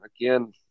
again